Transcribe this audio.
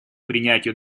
принятию